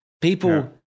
People